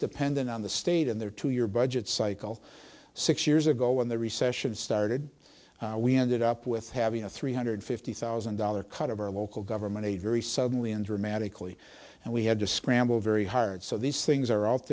dependent on the state and their two year budget cycle six years ago when the recession started we ended up with having a three hundred fifty thousand dollar cut of our local government a very suddenly and dramatically and we had to scramble very hard so these things are out